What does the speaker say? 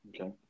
Okay